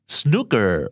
snooker